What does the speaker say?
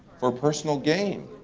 for personal gain.